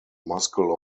muscle